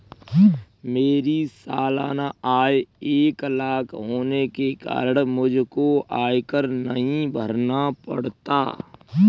मेरी सालाना आय एक लाख होने के कारण मुझको आयकर नहीं भरना पड़ता